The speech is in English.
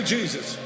Jesus